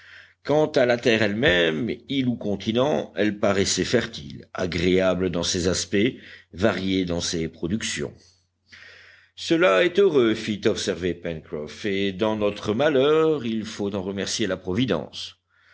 quant à la terre elle-même île ou continent elle paraissait fertile agréable dans ses aspects variée dans ses productions cela est heureux fit observer pencroff et dans notre malheur il faut en remercier la providence